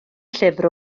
llyfr